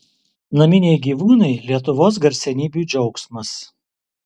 naminiai gyvūnai lietuvos garsenybių džiaugsmas